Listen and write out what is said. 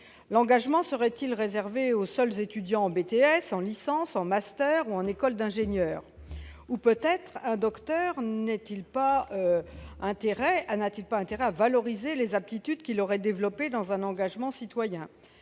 L'engagement serait-il réservé aux étudiants en BTS, en licence, en master ou en école d'ingénieurs ? Peut-être un docteur n'a-t-il pas intérêt à valoriser les aptitudes qu'il aurait développées dans un engagement citoyen ?